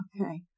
Okay